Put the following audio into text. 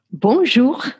Bonjour